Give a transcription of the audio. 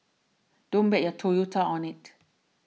don't bet your Toyota on it